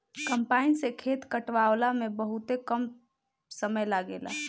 combine से खेत कटावला में बहुते कम समय लागेला